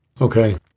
Okay